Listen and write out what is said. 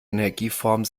energieformen